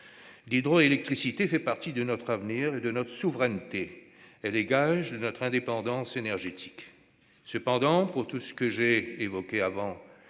L'hydroélectricité fait partie de notre avenir et de notre souveraineté. Elle est gage de notre indépendance énergétique. Cependant, pour toutes les raisons évoquées